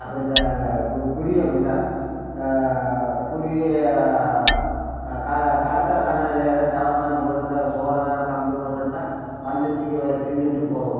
அப்புறம் இந்த கு குருவி அப்படிதான் குருவி க களத்தில் தானே இது அதுதான் தவசானு போட்டிருந்தா சோளங்கள் கம்பு போட்டிருந்தா வந்து தின்க வரும் தின்றுட்டு போகும்